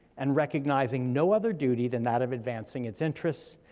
and recognizing no other duty than that of advancing its interests.